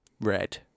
red